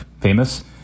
famous